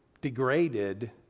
degraded